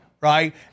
right